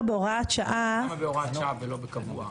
למה זה בהוראת שעה ולא קבוע?